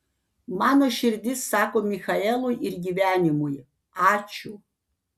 mano širdis sako michaelui ir gyvenimui ačiū